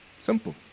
Simple